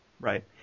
Right